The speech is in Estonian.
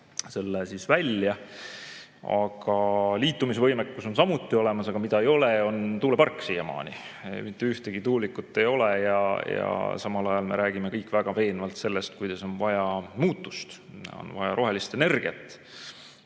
selle välja, liitumisvõimekus on samuti olemas, aga mida ei ole, on tuulepark. Mitte ühtegi tuulikut ei ole, aga samal ajal me räägime kõik väga veenvalt sellest, kuidas on vaja muutust, on vaja rohelist energiat.